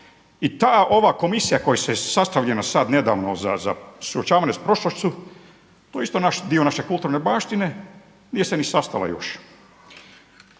I ta, ova komisija koja je sastavljena sad nedavno za suočavanje sa prošlošću to je isto dio naše kulturne baštine, nije se ni sastala još.